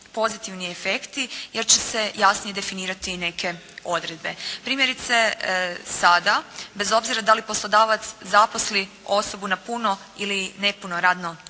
pozitivni efekti, jer će se jasnije definirati neke odredbe. Primjerice sada, bez obzira da li poslodavac zaposli osobu na puno ili nepuno radno vrijeme,